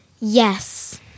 Yes